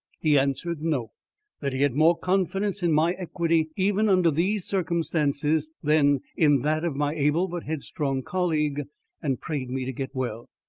he answered no that he had more confidence in my equity even under these circumstances than in that of my able, but headstrong, colleague and prayed me to get well.